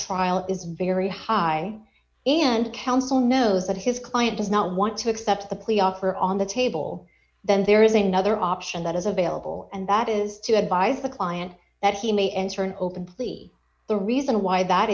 trial is very high and counsel knows that his client does not want to accept the plea offer on the table then there is another option that is available and that is to advise the client that he may enter an open plea the reason why that